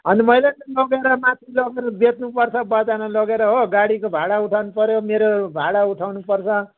अनि मैले नि त लगेर माथि लगेर बेच्नुपर्छ बजारमा लगेर हो गाडीको भाडा उठाउनु पर्यो मेरो भाडा उठाउनुपर्छ